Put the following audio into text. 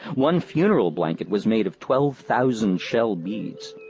one funeral blanket was made of twelve thousand shell beads.